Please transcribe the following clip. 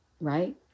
Right